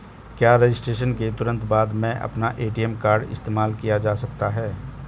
क्या रजिस्ट्रेशन के तुरंत बाद में अपना ए.टी.एम कार्ड इस्तेमाल किया जा सकता है?